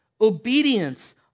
obedience